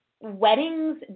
weddings